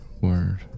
Word